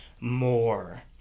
more